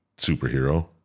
superhero